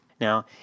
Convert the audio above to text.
Now